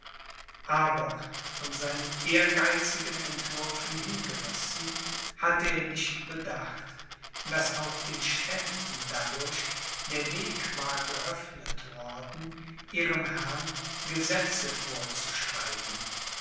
aber von seinen ehrgeizigen entwürfen hingerissen hatte er nicht bedacht daß auch den ständen dadurch der weg war geöffnet worden ihrem herrn gesetze vorzuschreiben